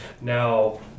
Now